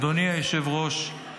אדוני היושב-ראש,